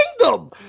kingdom